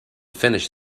finish